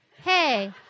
Hey